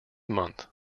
month